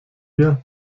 wir